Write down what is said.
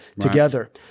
together